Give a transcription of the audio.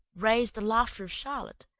raised the laughter of charlotte